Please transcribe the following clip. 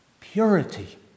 purity